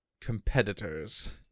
competitors